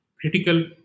critical